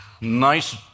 nice